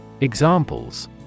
Examples